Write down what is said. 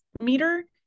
meter